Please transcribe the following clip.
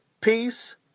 Peace